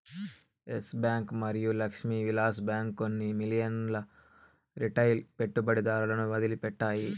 yes Bank మరియు Lakshmi Vilas Bank కొన్ని మిలియన్ల రిటైల్ పెట్టుబడిదారులను వదిలిపెట్టాయి